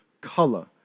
color